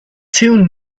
two